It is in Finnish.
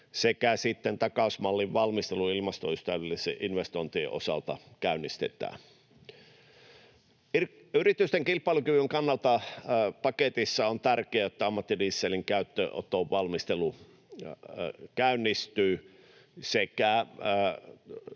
että takausmallin valmistelu ilmastoystävällisten investointien osalta käynnistetään. Yritysten kilpailukyvyn kannalta paketissa on tärkeää, että ammattidieselin käyttöönoton valmistelu käynnistyy sekä